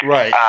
Right